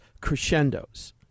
crescendos